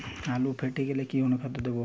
আলু ফেটে গেলে কি অনুখাদ্য দেবো?